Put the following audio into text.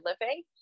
living